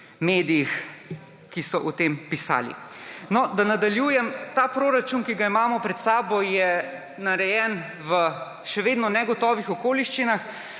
medijih, ki so o tem pisali. No, da nadaljujem. Ta proračun, ki ga imamo pred sabo, je narejen v še vedno negotovih okoliščinah.